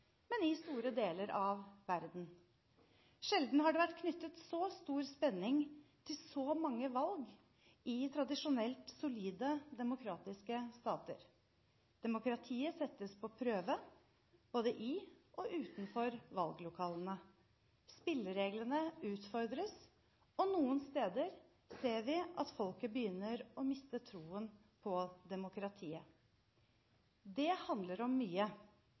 men i store deler av verden. Sjelden har det vært knyttet så stor spenning til så mange valg i tradisjonelt solide demokratiske stater. Demokratiet settes på prøve både i og utenfor valglokalene. Spillereglene utfordres, og noen steder ser vi at folket begynner å miste troen på demokratiet. Det handler om mye.